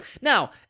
Now